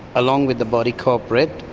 along with the body corporate,